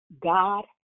God